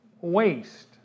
waste